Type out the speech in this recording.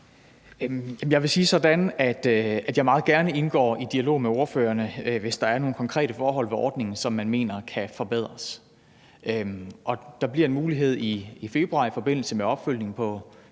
Jeg vil sige sådan, at jeg meget gerne indgår i dialog med ordførerne, hvis der er nogle konkrete forhold ved ordningen, som man mener kan forbedres. Der bliver en mulighed i februar i forbindelse med opfølgningen på